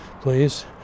Please